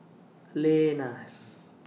Lenas